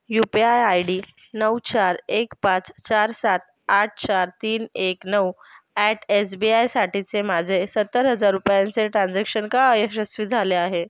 you P I I D नऊ चार एक पाच चार सात आठ चार तीन एक नऊ ॲट एस बी आयसाठीचे माझे सत्तर हजार रुपयांचे ट्रान्झॅक्शन का अयशस्वी झाले आहे